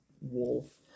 wolf